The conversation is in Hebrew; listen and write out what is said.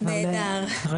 נהדר.